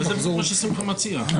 מה שמתחולל עכשיו זה להסיר את כל